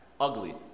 ugly